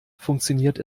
funktioniert